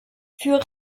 für